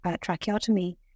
tracheotomy